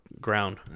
ground